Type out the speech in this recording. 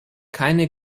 keine